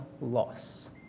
loss